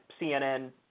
CNN